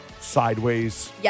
sideways